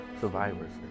survivors